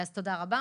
תודה רבה.